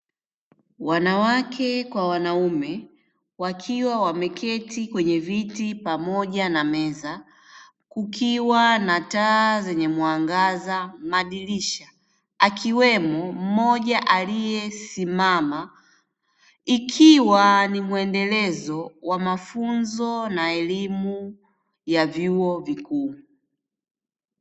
Wanawake kwa wanaume wakiwa wameketi kwenye viti pamoja na meza, kukiwa na taa zenye mwangaza, madirisha, akiwemo mmoja aliyesimama, ikiwa ni mwendelezo wa mafunzo na elimu ya vyuo vikuu.